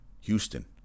Houston